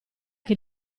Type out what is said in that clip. che